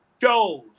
shows